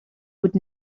would